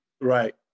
Right